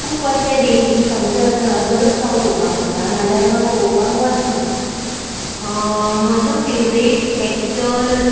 खूब अशे रेटिंग्सांचे आसा जरच हांव पोवपाक वता नाल्यार हांव पोवपाक वचना म्हजो फेवरेट एक्टर